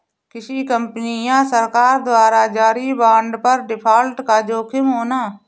किसी कंपनी या सरकार द्वारा जारी बांड पर डिफ़ॉल्ट का जोखिम होना